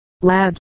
lad